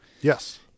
Yes